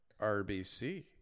RBC